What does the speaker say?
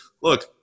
look